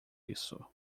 isso